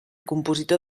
compositor